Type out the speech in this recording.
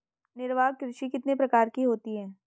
निर्वाह कृषि कितने प्रकार की होती हैं?